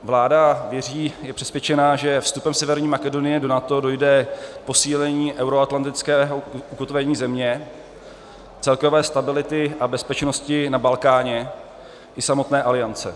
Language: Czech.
Vláda věří, je přesvědčena, že vstupem Severní Makedonie do NATO dojde k posílení euroatlantického ukotvení země, celkové stability a bezpečnosti na Balkáně i samotné Aliance.